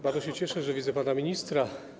Bardzo się cieszę, że widzę pana ministra.